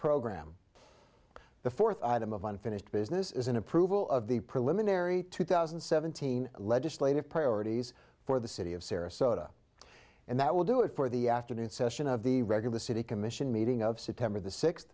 program the fourth item of unfinished business is an approval of the preliminary two thousand and seventeen legislative priorities for the city of sarasota and that will do it for the afternoon session of the regular city commission meeting of september the six